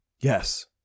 yes